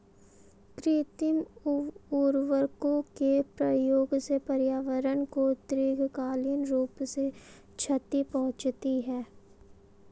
कृत्रिम उर्वरकों के प्रयोग से पर्यावरण को दीर्घकालिक रूप से क्षति पहुंचती है